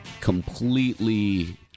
completely